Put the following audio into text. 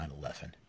9-11